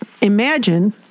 imagine